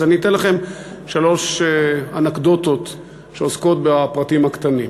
אז אני אתן לכם שלוש אנקדוטות שעוסקות בפרטים הקטנים.